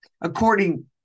according